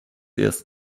erst